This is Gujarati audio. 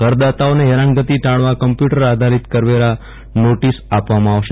કરદાતાનાઓને હેરાનગતી ટાળવા કમ્પ્યુટર આધારીત કરવેરા નોટીસ આપવામાં આવશે